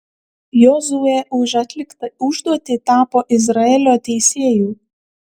jozuė už atliktą užduotį tapo izraelio teisėju